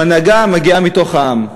שההנהגה מגיעה מתוך העם.